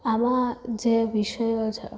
આવા જે વિષયો છે